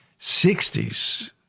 60s